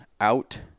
out